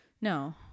no